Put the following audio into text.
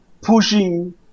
pushing